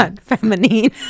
feminine